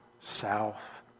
South